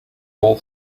all